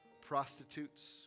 prostitutes